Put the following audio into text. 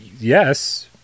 yes